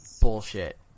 bullshit